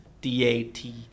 D-A-T